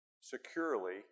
securely